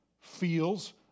feels